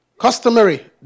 Customary